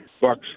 Bucks